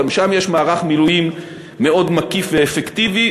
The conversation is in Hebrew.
גם שם יש מערך מילואים מאוד מקיף ואפקטיבי,